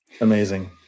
Amazing